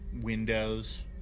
windows